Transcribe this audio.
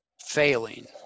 failing